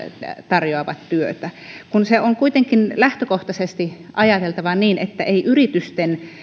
tarjoavat työtä kun on kuitenkin lähtökohtaisesti ajateltava niin että ei yrityksillä